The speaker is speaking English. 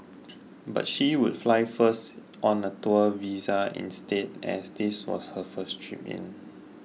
but she would fly first on a tourist visa instead as this was her first trip in